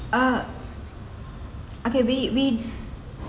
uh okay we we